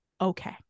okay